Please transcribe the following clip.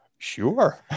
Sure